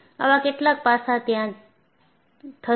આવા કેટલાક પાસા ત્યાં થશે